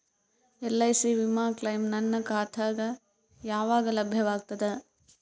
LIC ವಿಮಾ claim ನನ್ನ ಖಾತಾಗ ಯಾವಾಗ ಲಭ್ಯವಾಗತದ?